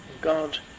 God